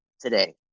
today